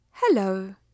Hello